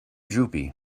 droopy